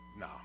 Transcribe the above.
no